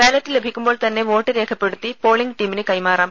ballot ലഭിക്കുമ്പോൾ തന്നെ vote രേഖപ്പെടുത്തി പോളിംഗ് ടീമിന് കൈമാറാം